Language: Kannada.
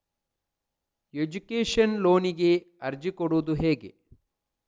ಎಜುಕೇಶನ್ ಲೋನಿಗೆ ಅರ್ಜಿ ಕೊಡೂದು ಹೇಗೆ?